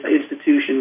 institutions